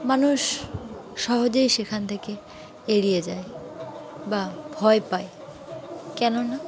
মানুষ সহজেই সেখান থেকে এড়িয়ে যায় বা ভয় পায় কেননা